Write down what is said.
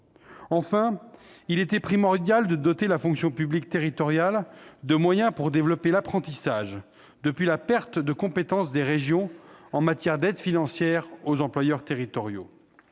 Enfin, il était primordial de doter la fonction publique territoriale de moyens pour développer l'apprentissage, depuis la perte de compétence des régions en matière d'aides financières aux employeurs territoriaux.